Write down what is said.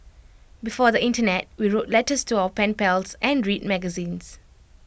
before the Internet we wrote letters to our pen pals and read magazines